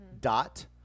dot